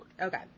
Okay